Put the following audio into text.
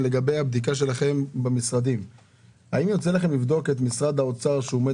האם יוצא לכם לבדוק אם משרד האוצר עומד